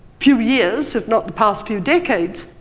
few years, if not the past few decades,